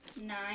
Nine